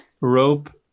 rope